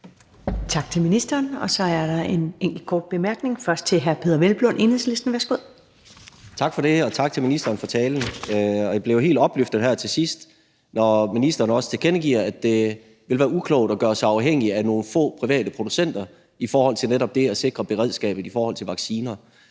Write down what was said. Tak til ministeren. Så er der en kort bemærkning til hr. Peder Hvelplund, Enhedslisten. Værsgo. Kl. 13:21 Peder Hvelplund (EL): Tak for det, og tak til ministeren for talen. Jeg blev helt opløftet her til sidst, da ministeren også tilkendegav, at det ville være uklogt at gøre sig afhængige af nogle få private producenter i forhold til netop det at sikre beredskabet i forbindelse med vacciner.